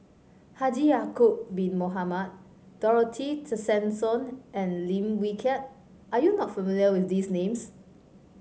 Haji Ya'acob Bin Mohamed Dorothy Tessensohn and Lim Wee Kiak are you not familiar with these names